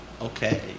Okay